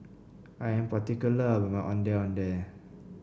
I am particular about my Ondeh Ondeh